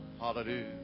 Hallelujah